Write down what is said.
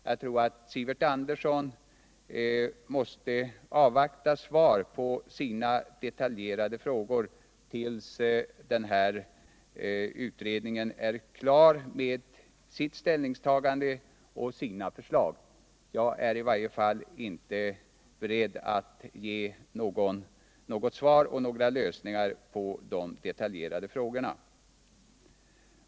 Jag tror att Sivert Andersson får avvakta svar på sina detaljerade frågor till dess att utredningen är klar med sitt ställningstagande och sina förslag. I varje fall är jag inte beredd att ge något svar eller att ange några lösningar för de detaljerade frågorna.